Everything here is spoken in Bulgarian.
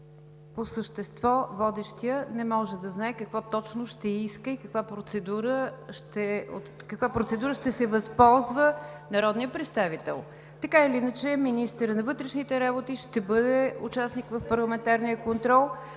По същество водещият не може да знае какво точно ще иска и от каква процедура ще се възползва народният представител. Така или иначе министърът на вътрешните работи ще бъде участник в парламентарния контрол.